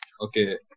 okay